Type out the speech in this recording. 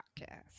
podcast